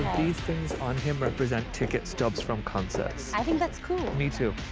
things on him, represent tickets stubs from concerts. i think that's cool! me too!